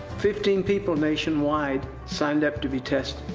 fifteen people nationwide signed up to be tested.